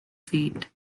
fate